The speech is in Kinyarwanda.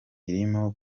irimo